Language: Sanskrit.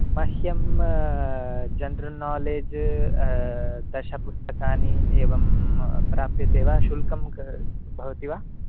मह्यं जनरल् नोलेज् दश पुस्तकानि एवं प्राप्यते वा शुक्लं भवति वा